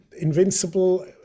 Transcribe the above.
Invincible